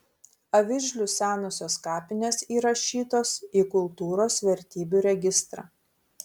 avižlių senosios kapinės įrašytos į kultūros vertybių registrą